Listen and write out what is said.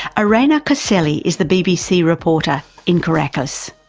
irene caselli is the bbc reporter in caracas.